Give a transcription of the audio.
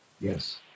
Yes